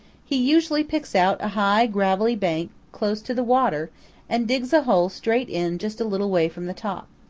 he usually picks out a high gravelly bank close to the water and digs a hole straight in just a little way from the top.